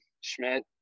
Schmidt